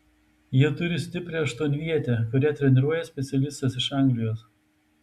jie turi stiprią aštuonvietę kurią treniruoja specialistas iš anglijos